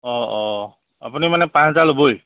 অঁ অঁ আপুনি মানে পাঁচ হাজাৰ লবই